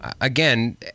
again